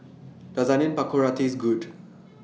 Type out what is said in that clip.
Does Onion Pakora Taste Good